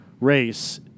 race